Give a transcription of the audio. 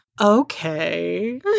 okay